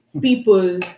people